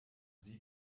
sie